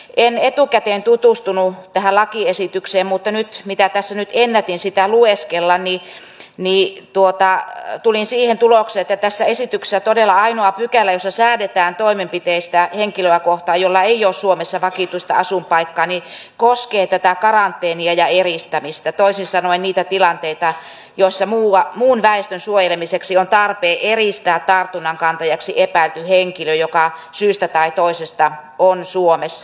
en etukäteen tutustunut tähän lakiesitykseen mutta mitä tässä nyt ennätin sitä lueskella niin tulin siihen tulokseen että tässä esityksessä todella ainoa pykälä jossa säädetään toimenpiteistä henkilöä kohtaan jolla ei ole suomessa vakituista asuinpaikkaa koskee tätä karanteenia ja eristämistä toisin sanoen niitä tilanteita joissa muun väestön suojelemiseksi on tarpeen eristää tartunnankantajaksi epäilty henkilö joka syystä tai toisesta on suomessa